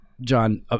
John